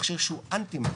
מכשיר שהוא אנטי מחזורי,